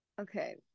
Okay